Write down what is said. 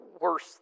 worse